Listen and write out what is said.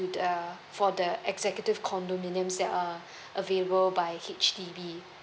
with a for the executive condominiums that are available by H_D_B